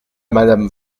madame